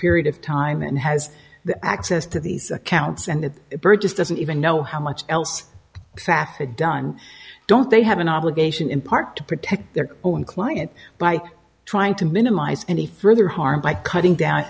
period of time and has access to these accounts and it just doesn't even know how much else fatha done don't they have an obligation in part to protect their own client by trying to minimize any further harm by cutting down